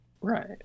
Right